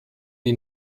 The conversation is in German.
die